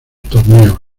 torneos